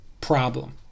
problem